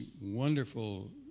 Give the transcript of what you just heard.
wonderful